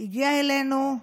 הגיע אלינו,